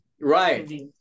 Right